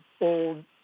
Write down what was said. old